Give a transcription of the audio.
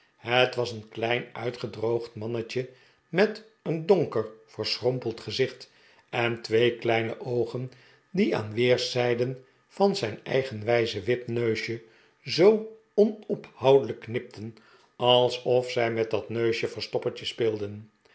het was een klein uitgedroogd mannetje met een donker verschrompeld gezicht en twee kleine oogen die aan weerszijden van zijn eigenwijze wipneusje zoo onophoudelijk knipten alsof zij met dat neusje verstoppertje speelden